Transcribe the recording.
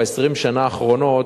ב-20 שנה האחרונות,